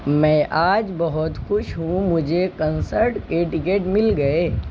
میں آج بہت خوش ہوں مجھے کنسرٹ کے ٹکٹ مل گئے